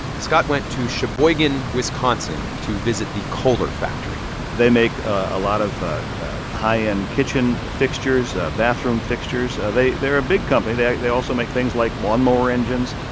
scott went to sheboygan, wis, so and to visit the kohler factory they make a lot of high-end kitchen fixtures, bathroom fixtures. ah they they're a big company. they they also make things like lawn mower engines.